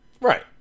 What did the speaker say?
Right